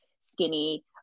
skinny